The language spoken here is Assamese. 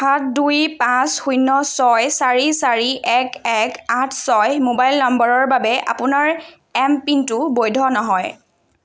সাত দুই পাঁচ শূন্য ছয় চাৰি চাৰি এক এক আঠ ছয় মোবাইল নম্বৰৰ বাবে আপোনাৰ এম পিনটো বৈধ নহয়